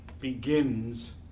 begins